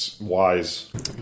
Wise